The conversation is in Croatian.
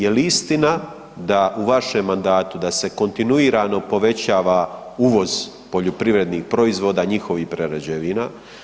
Jel istina da u vašem mandatu da se kontinuirano povećava uvoz poljoprivrednih proizvoda, njihovih prerađevina?